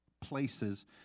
places